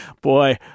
boy